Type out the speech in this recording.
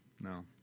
no